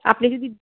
আপনি যদি